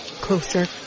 closer